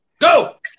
Go